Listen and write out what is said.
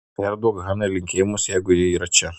perduok hanai linkėjimus jeigu ji yra čia